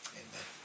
amen